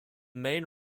main